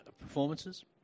performances